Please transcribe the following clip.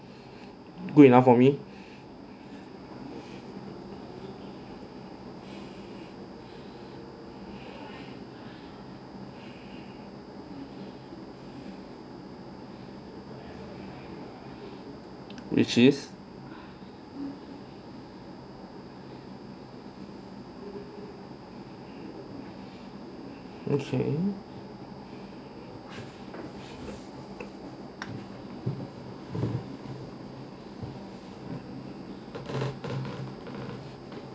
good enough for me which is okay